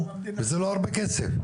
וזה באמת לא הרבה כסף,